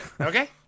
Okay